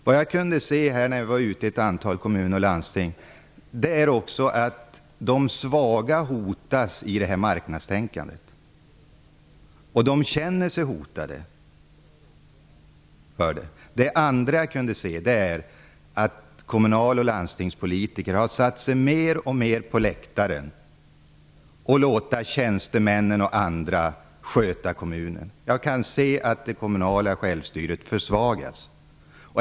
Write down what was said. Jag har kunnat se att i många kommuner och landsting hotas de svaga av marknadstänkandet. De känner sig hotade. Jag har även sett att kommunal och landstingspolitiker har satt sig på läktarna och låtit tjänstemän och andra sköta kommunerna. Jag kan se att det kommunala självstyret försvagas.